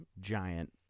giant